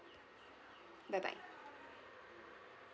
bye bye